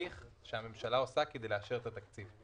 בתהליך שהממשלה עושה כדי לאשר את התקציב.